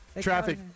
Traffic